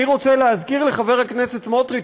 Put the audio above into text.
אני רוצה להזכיר לחבר הכנסת סמוטריץ,